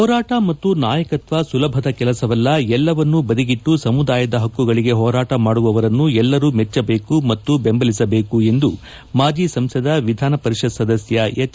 ಹೋರಾಟ ಮತ್ತು ನಾಯಕತ್ವ ಸುಲಭದ ಕೆಲಸವಲ್ಲ ಎಲ್ಲವನ್ನು ಬದಿಗಿಟ್ಟು ಸಮುದಾಯದ ಪಕ್ಕುಗಳಗೆ ಹೋರಾಟ ಮಾಡುವವರನ್ನು ಎಲ್ಲರೂ ಮೆಚ್ಚಜೇಕು ಮತ್ತು ಬೆಂಬಲಿಸಬೇಕು ಎಂದು ಮಾಜಿ ಸಂಸದ ವಿಧಾನ ಪರಿಷತ್ ಸದಸ್ತ ಹೆಜ್